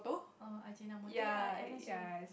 oh yea M_S_G